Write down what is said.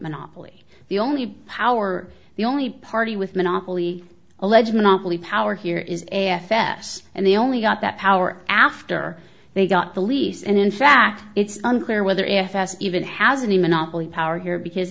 monopoly the only power the only party with monopoly allege monopoly power here is a fs and they only got that power after they got the lease and in fact it's unclear whether fs even has any monopoly power here because